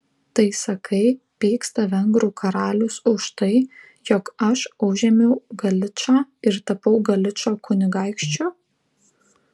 tai sakai pyksta vengrų karalius už tai jog aš užėmiau galičą ir tapau galičo kunigaikščiu